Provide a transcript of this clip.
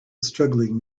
struggling